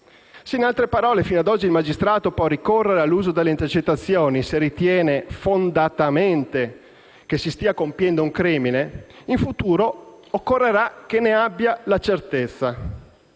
Se in altre parole fino ad oggi il magistrato può ricorrere all'uso delle intercettazioni se ritiene fondatamente che si stia compiendo un crimine, in futuro occorrerà che ne abbia la certezza.